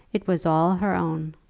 it was all her own.